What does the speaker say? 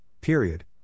Period